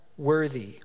Worthy